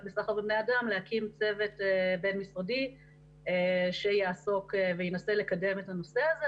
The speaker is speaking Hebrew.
בסחר בבני אדם להקים צוות בין משרדי שיעסוק וינסה לקדם את הנושא הזה.